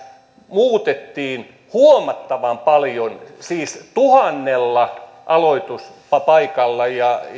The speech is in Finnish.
muutettiin huomattavan paljon siis tuhannella aloituspaikalla